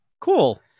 Cool